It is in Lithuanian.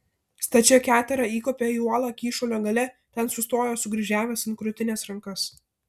stačia ketera įkopė į uolą kyšulio gale ten sustojo sukryžiavęs ant krūtinės rankas